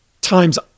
times